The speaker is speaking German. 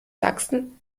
sachsen